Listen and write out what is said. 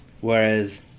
Whereas